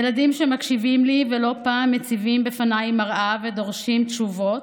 ילדים שמקשיבים לי ולא פעם מציבים בפניי מראה ודורשים תשובות.